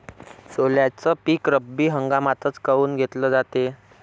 सोल्याचं पीक रब्बी हंगामातच काऊन घेतलं जाते?